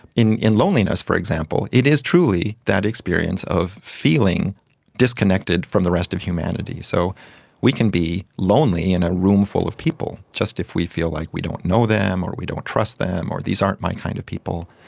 in in loneliness for example it is truly that experience of feeling disconnected from the rest of humanity. so we can be lonely in a room full of people, just if we feel like we don't know them or we don't trust them or these aren't my kind of people.